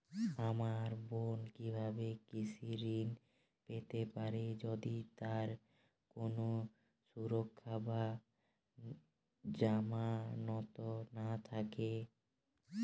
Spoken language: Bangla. আমার বোন কীভাবে কৃষি ঋণ পেতে পারে যদি তার কোনো সুরক্ষা বা জামানত না থাকে?